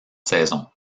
saison